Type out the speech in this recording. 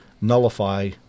nullify